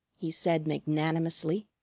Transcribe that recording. he said magnanimously.